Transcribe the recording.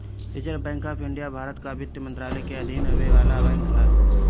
reserve Bank of India Bharat कअ वित्त मंत्रालय के अधीन आवे वाला बैंक हअ